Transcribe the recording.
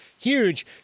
huge